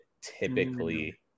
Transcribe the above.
typically